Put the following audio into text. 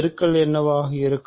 பெருக்கல் என்னவாக இருக்கும்